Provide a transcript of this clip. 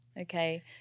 Okay